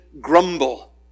grumble